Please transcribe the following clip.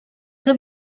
que